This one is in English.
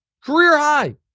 Career-high